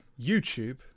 YouTube